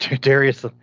Darius